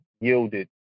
yielded